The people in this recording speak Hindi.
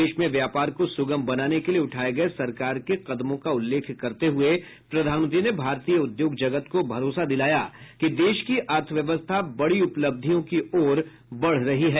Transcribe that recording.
देश में व्यापार को सुगम बनाने के लिए उठाये गये सरकार के कदमों का उल्लेख करते हुए प्रधानमंत्री ने भारतीय उद्योग जगत को भरोसा दिलाया कि देश की अर्थव्यवस्था बड़ी उपलब्धियों की ओर बढ़ रही है